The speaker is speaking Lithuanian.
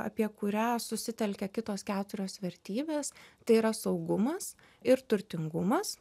apie kurią susitelkia kitos keturios vertybės tai yra saugumas ir turtingumas